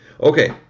Okay